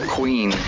Queen